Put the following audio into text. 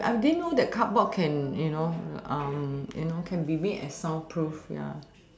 I I didn't know that cardboard can you know you know can remain as sound proof ya